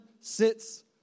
sits